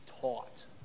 taught